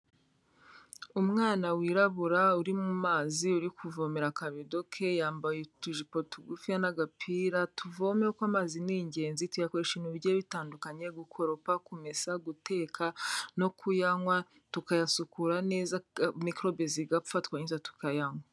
Umwana wirabura uri mu mazi uri kuvomera akabido ke, yambaye utujipo tugufiya n'agapira, tuvome kuko amazi ni ingenzi, tuyakoresha ibintu bigiye bitandukanye gukoropa, kumesa, guteka no kuyanywa, tukayasukura neza mikorobe zigapfa twarangiza tukayanywa.